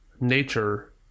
nature